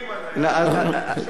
שהוא תומך ידוע של,